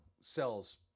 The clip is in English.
sells